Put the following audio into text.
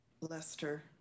Lester